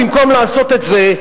במקום לעשות את זה,